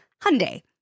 Hyundai